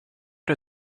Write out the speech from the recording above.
der